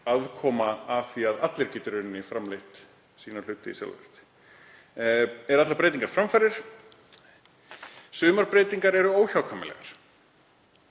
aðkoma að því að allir geti í rauninni framleitt sína hluti sjálfvirkt. Eru allar breytingar framfarir? Sumar breytingar eru óhjákvæmilegar.